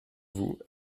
vous